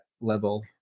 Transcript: level